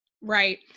right